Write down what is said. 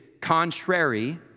contrary